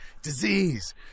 disease